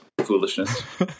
foolishness